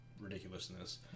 ridiculousness